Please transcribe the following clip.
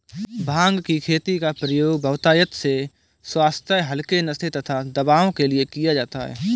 भांग की खेती का प्रयोग बहुतायत से स्वास्थ्य हल्के नशे तथा दवाओं के लिए किया जाता है